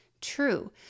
true